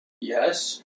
Yes